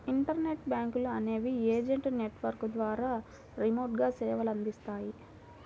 internet బ్యాంకులు అనేవి agent network ద్వారా రిమోట్గా సేవలనందిస్తాయి